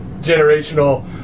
generational